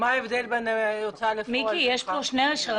אני חושב שהוא טועה, הוא מנהל שיווק מצוין.